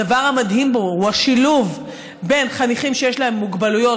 הדבר המדהים בה הוא השילוב בין חניכים שיש להם מוגבלויות